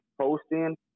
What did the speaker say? posting